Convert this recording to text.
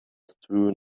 strewn